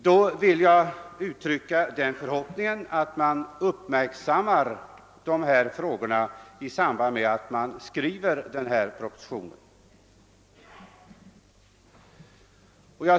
Jag vill uttrycka den förhoppningen att de nu aktuella frågorna uppmärksammas i samband med utarbetandet av denna proposition.